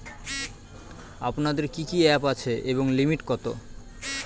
আপনাদের কি কি অ্যাপ আছে এবং লিমিট কত?